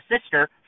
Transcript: sister